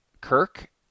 Kirk